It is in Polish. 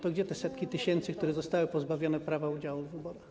To gdzie te setki tysięcy, które zostały pozbawione prawa udziału w wyborach?